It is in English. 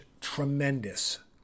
tremendous